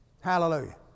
Hallelujah